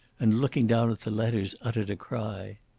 and, looking down at the letters, uttered a cry.